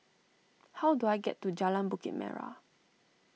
how do I get to Jalan Bukit Merah